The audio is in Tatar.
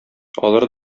алары